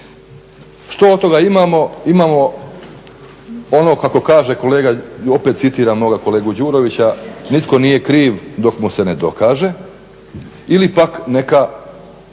Što od toga imamo? Imamo ono kako kaže kolega, opet citiram moga kolegu Đurovića, nitko nije kriv dok mu se ne dokaže ili pak neka